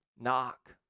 knock